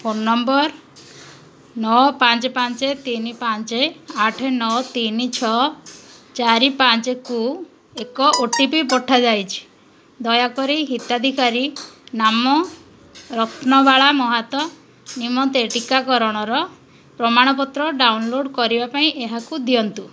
phone number ନଅ ପାଞ୍ଚ ପାଞ୍ଚ ତିନି ପାଞ୍ଚ ଆଠ ନଅ ତିନି ଛଅ ଚାରି ପାଞ୍ଚକୁ ଏକ ଓ ଟି ପି ପଠାଯାଇଛି ଦୟାକରି ହିତାଧିକାରୀ ନାମ ରତ୍ନବାଳା ମହାତ ନିମନ୍ତେ ଟିକାକରଣର ପ୍ରମାଣପତ୍ର ଡାଉନଲୋଡ଼୍ କରିବା ପାଇଁ ଏହାକୁ ଦିଅନ୍ତୁ